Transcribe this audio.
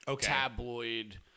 tabloid